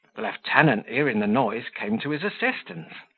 the lieutenant, hearing the noise, came to his assistance.